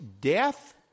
death